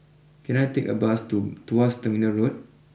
can I take a bus to Tuas Terminal Road